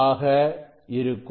ஆக இருக்கும்